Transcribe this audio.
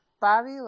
Bobby